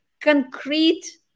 concrete